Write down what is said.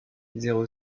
zéro